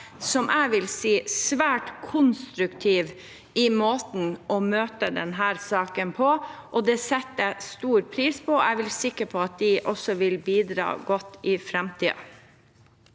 vil jeg si, svært konstruktive i måten de har møtt denne saken på, og det setter jeg stor pris på. Jeg er sikker på at de også vil bidra godt i framtiden.